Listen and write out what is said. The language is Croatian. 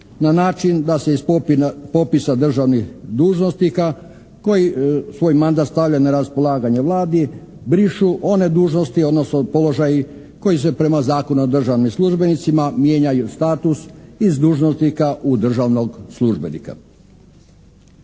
na način da se iz popisa državnih dužnosnika koji svoj mandat stavlja na raspolaganje Vladi, brišu one dužnosti, odnosno položaji koji se prema Zakonu o državnim službenicima mijenjaju status iz dužnosnika u državnog službenika.